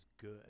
good